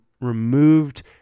removed